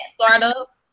Startup